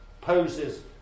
poses